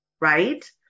right